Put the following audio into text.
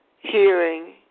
Hearing